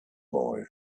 boy